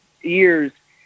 years